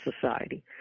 society